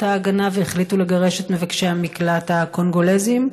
ההגנה והחליטו לגרש את מבקשי המקלט הקונגולזים?